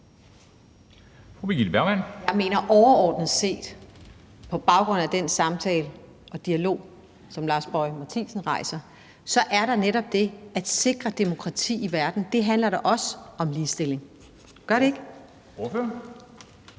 Jeg mener overordnet set på baggrund af den samtale og dialog, som Lars Boje Mathiesen rejser, at der netop er det at sikre demokrati i verden. Det handler da også om ligestilling. Gør det ikke?